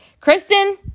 Kristen